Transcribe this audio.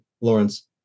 Lawrence